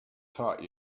taught